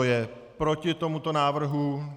Kdo je proti tomuto návrhu?